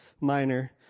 minor